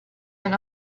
and